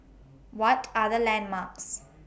What Are The landmarks